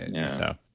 yeah